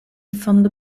fondo